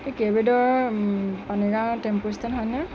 কেবিডৰৰ Panigaon tempo stand হয়নে